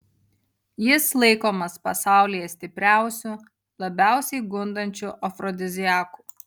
jis laikomas pasaulyje stipriausiu labiausiai gundančiu afrodiziaku